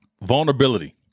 Vulnerability